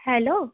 hello